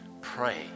pray